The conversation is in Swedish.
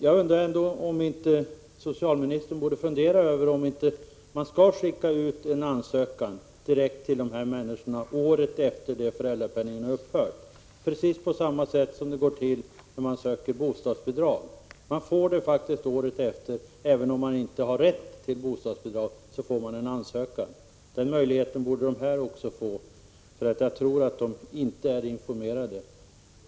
Jag undrar om inte socialministern borde fundera över om inte en ansökan skall skickas ut direkt till de berörda människorna året efter det att föräldrapenningen upphör, precis på samma sätt som det går till när man söker bostadsbidrag. Året efter får man faktiskt en ansökan, även om man det året inte har rätt till bostadsbidrag. Den möjligheten borde ges också dessa människor. Jag tror nämligen att de inte är informerade.